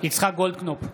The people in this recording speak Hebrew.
יצחק גולדקנופ,